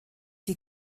die